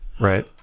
Right